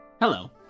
Hello